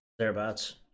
thereabouts